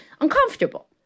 uncomfortable